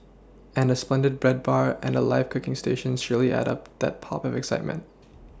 and a splendid bread bar and the live cooking stations surely add that pop of excitement